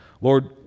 Lord